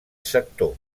sector